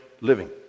living